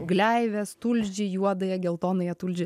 gleives tulžį juodąją geltonąją tulžį